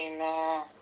Amen